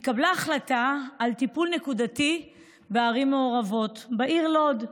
התקבלה החלטה על טיפול נקודתי בערים מעורבות ובעיר לוד.